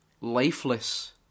Lifeless